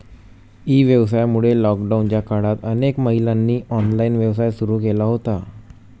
E व्यवसायामुळे लॉकडाऊनच्या काळात अनेक महिलांनी ऑनलाइन व्यवसाय सुरू केला होता